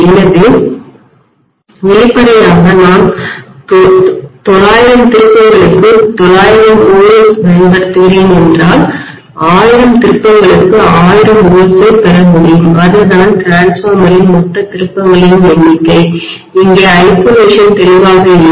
எனவே வெளிப்படையாக நான் 900 திருப்பங்களுக்கு 900 volts பயன்படுத்துகிறேன் என்றால் 1000 திருப்பங்களுக்கு 1000 volts ஐ பெற முடியும் அதுதான் மின்மாற்றியின்டிரான்ஸ்பார்மரின் மொத்த திருப்பங்களின் எண்ணிக்கை இங்கே ஐசொலேஷன் தெளிவாக இல்லை